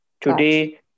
Today